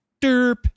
Derp